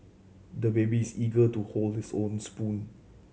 the baby is eager to hold his own spoon